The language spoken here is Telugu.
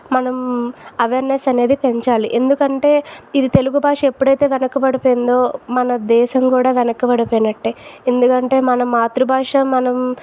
మనం అవేర్నెస్ అనేది పెంచాలి ఎందుకంటే ఇది తెలుగు భాష ఎప్పుడైతే వెనకబడి పోయిందో మన దేశం కూడా వెనబడిపోయినట్టే ఎందుకంటే మన మాతృభాష మనం